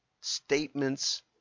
statements